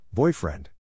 Boyfriend